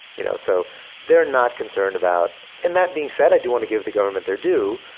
you know so they're not concerned about and that being said, i do want to give the government there due.